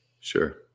Sure